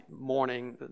morning